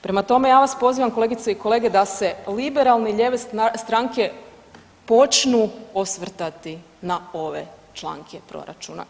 Prema tome, ja vas pozivam, kolegice i kolege, da se liberalne lijeve stranke počnu osvrtati na ove članke Proračuna.